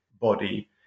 body